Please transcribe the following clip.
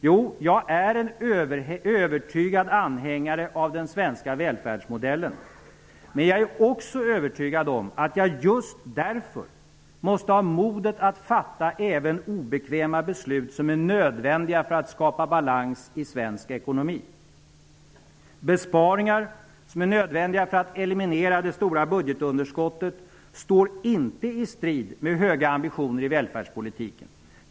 Ja, jag är en övertygad anhängare av den svenska välfärdsmodellen, men jag är också övertygad om att jag just därför måste ha modet att fatta också obekväma beslut, som är nödvändiga för att skapa balans i svensk ekonomi. Besparingar som är nödvändiga för att eliminera det stora budgetunderskottet står inte i strid med höga ambitioner i välfärdspolitiken.